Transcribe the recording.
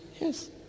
Yes